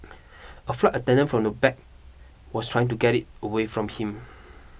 a flight attendant from the back was trying to get it away from him